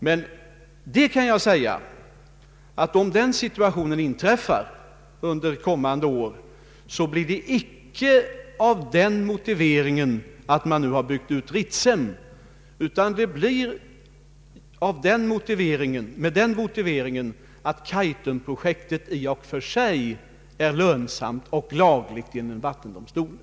Men jag kan säga att om den situationen inträffar under kommande år, blir det icke med den motiveringen att man har byggt ut Ritsem, utan med den motiveringen att Kaitumprojektet i och för sig är lönsamt och lagligt enligt vattendomstolen.